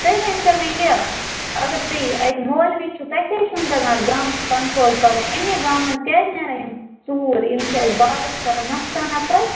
تُہۍ ؤنۍتَو مےٚ یہِ اگر تُہۍ اَتہِ مولوی چھُو تۄہہِ کیٛاز چھُو نہٕ تَگان گامَس کَنٹرول کَرُن اَمے گامہٕ منٛز کیٛازِ نیران یِم ژوٗر یِم چھِ اَسہِ باغَس کَران نۄقصان اَپٲرۍ